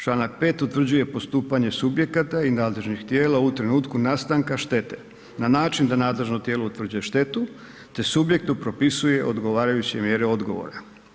Članak 5. utvrđuje postupanje subjekata i nadležnih tijela u trenutku nastanka štete na način da nadležno tijelo utvrđuje štetu te subjektu propisuje odgovarajuće mjere odgovora.